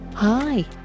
Hi